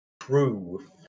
Proof